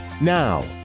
Now